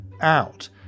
out